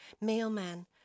mailman